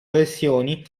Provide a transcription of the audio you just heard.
versioni